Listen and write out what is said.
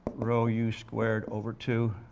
row u squared over two